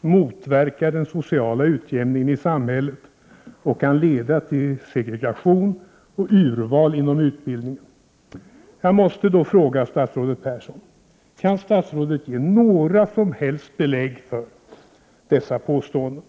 motverkar den sociala utjämningen i samhället och kan leda till segregation och urval inom utbildningen. Jag måste då fråga statsrådet Persson: Kan statsrådet ge några som helst belägg för dessa påståenden?